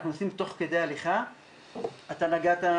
כל הפניות שנסגרו ובאיזה טווח זמן הן נסגרו,